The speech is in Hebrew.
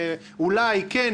אולי כן,